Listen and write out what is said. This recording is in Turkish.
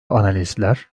analistler